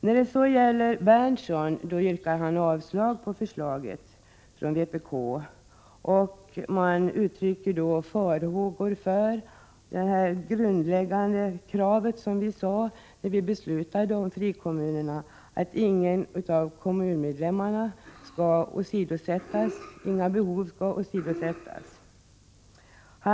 Nils Berndtson yrkar för vpk:s del avslag på propositionens förslag och uttrycker samma farhågor som han framförde då vi beslutade om frikommu I nerna. Utskottet betonade då det grundläggande kravet att kommuninvånar nas behov inte skall åsidosättas.